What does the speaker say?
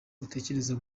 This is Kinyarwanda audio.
utekereza